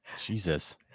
Jesus